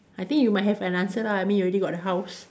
I think you might have an answer lah I mean you already got a house